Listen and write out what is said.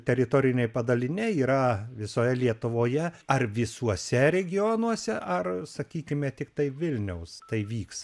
teritoriniai padaliniai yra visoje lietuvoje ar visuose regionuose ar sakykime tiktai vilniaus tai vyks